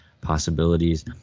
possibilities